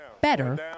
better